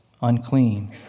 unclean